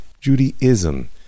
Judaism